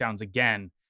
again